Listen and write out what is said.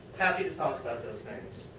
happy to talk about those things.